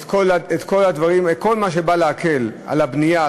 כל מה שבא להקל את הבנייה,